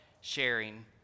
sharing